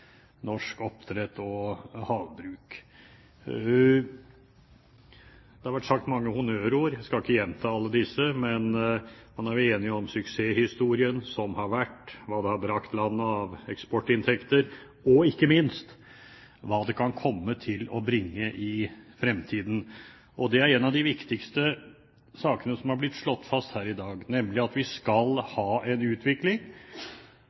norsk oppdrett og havbruk. Det har vært sagt mange honnørord. Jeg skal ikke gjenta alle disse, men man er enige om suksesshistorien som har vært, hva det har brakt landet av eksportinntekter, og ikke minst hva det kommer til å bringe i fremtiden. En av de viktigste sakene som har blitt slått fast her i dag, er at vi skal ha en utvikling.